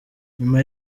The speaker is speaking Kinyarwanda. nyuma